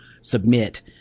submit